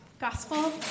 gospel